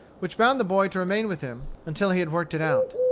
which bound the boy to remain with him until he had worked it out.